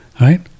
right